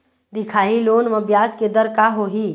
दिखाही लोन म ब्याज के दर का होही?